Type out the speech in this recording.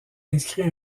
inscrit